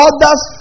Others